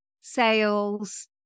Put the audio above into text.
sales